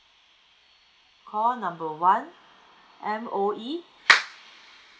call number one M_O_E